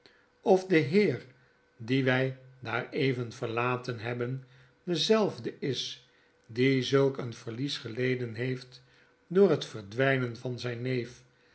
of de heer dien wy daareven verlaten hebben dezelfde is die zulk een verlies geleden heeft door het verdwynen van zijn neef